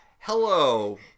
hello